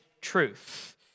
truth